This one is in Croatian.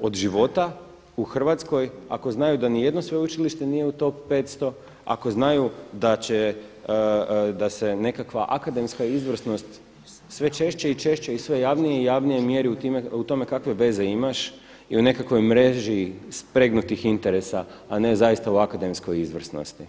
od života u Hrvatskoj ako znaju da ni jedno sveučilište nije u top 500, ako znaju da se neka akademska izvrsnost sve češće i češće i sve javnije i javnije mjeri u tome kakve veze imaš ili u nekakvoj mreži spregnutih interesa, a ne zaista u akademskoj izvrsnosti?